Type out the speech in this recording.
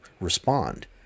respond